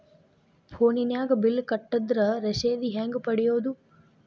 ಫೋನಿನಾಗ ಬಿಲ್ ಕಟ್ಟದ್ರ ರಶೇದಿ ಹೆಂಗ್ ಪಡೆಯೋದು?